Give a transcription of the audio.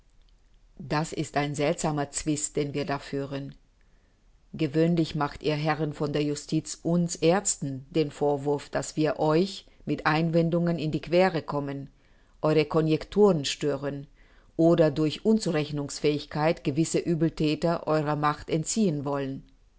das ist ein seltsamer zwist den wir da führen gewöhnlich macht ihr herren von der justiz uns aerzten den vorwurf daß wir euch mit einwendungen in die queere kommen die eure conjecturen stören oder durch unzurechnungsfähigkeit gewisse uebelthäter eurer macht entziehen wollen